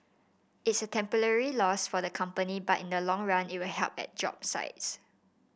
it's a temporary loss for the company but in the long run it will help at job sites